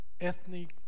ethnic